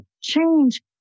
change